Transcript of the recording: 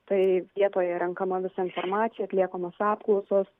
tai vietoje renkama visa informacija atliekamos apklausos